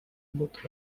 both